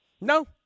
No